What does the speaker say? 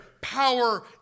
power